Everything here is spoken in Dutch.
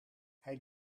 hij